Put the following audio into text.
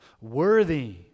Worthy